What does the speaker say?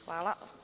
Hvala.